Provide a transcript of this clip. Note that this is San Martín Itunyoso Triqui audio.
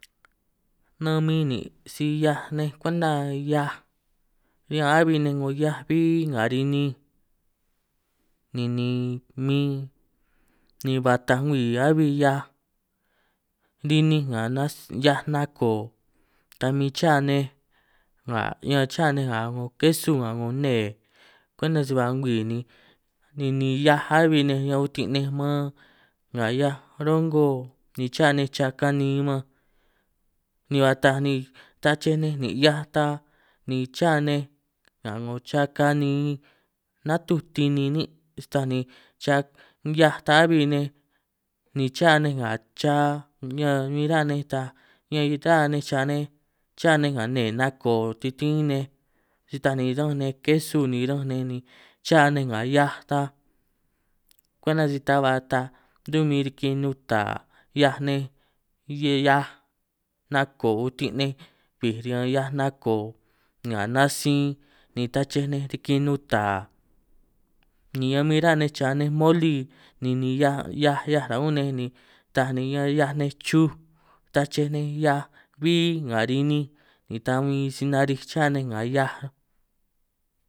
Nan min nin' si 'hiaj nej kwenta hiaj ñan a'bbi ninj 'ngo hiaj bbí nga rininj, ninin min ni ba taaj ngwii a'bbi hiaj rininj nga nas hiaj nako ta min cha nej nga ñan cha nej nga 'ngo kesu, nga 'ngo nnee kwenta si ba ngwii ni ninin hiaj a'bbi nej ñan utin' nej man nga hiaj rongo ni cha nej, cha kaniin man ni ba taaj ni tachej nej nin' hiaj ta ni cha nej nga, 'ngo cha kaniin natuj tiniin nin' sta ni cha' hiaj ta a'bbi nej, ni cha nej nga cha ñan bin ra ninj taaj ñan ra nej cha nej cha nne nako titín nej, si taaj ni ranj nej kesu ni ranj nej ni cha nej nga hiaj ta kwenta si ta ba taaj tumin riki nuta 'hiaj nej, hie hiaj nako utin nej bij riñan hiaj nako nga natsin ni tachej nej riki nuta, ni ñan min ra nej cha nej moli ninin hiaj 'hiaj 'hiaj ra' ún nej, ni taaj ni ñan 'hiaj nej chuj ni tachej nej hiaj bbí nga rininj ta bin si narij cha nej nga hiaj.